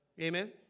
Amen